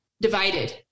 divided